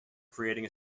creating